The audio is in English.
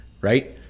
right